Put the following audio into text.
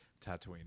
Tatooine